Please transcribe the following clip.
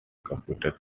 computer